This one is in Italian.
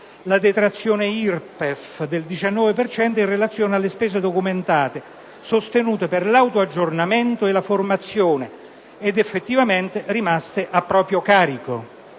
la detrazione IRPEF del 19 per cento in relazione alle spese documentate sostenute per l'autoaggiornamento e la formazione, ed effettivamente rimaste a proprio carico.